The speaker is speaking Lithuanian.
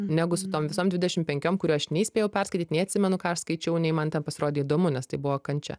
negu su tom visom dvidešim penkiom kurių aš nei spėjau perskaityt nei atsimenu ką aš skaičiau nei man tai pasirodė įdomu nes tai buvo kančia